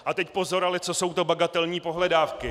A teď pozor ale, co jsou to bagatelní pohledávky.